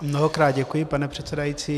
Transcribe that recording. Mnohokrát děkuji, pane předsedající.